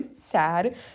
sad